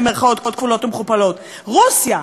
במירכאות כפולות ומכופלות: רוסיה,